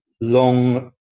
long